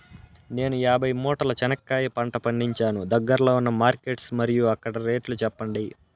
నేను యాభై మూటల చెనక్కాయ పంట పండించాను దగ్గర్లో ఉన్న మార్కెట్స్ మరియు అక్కడ రేట్లు చెప్పండి?